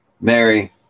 Mary